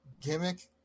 gimmick